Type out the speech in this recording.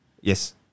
Yes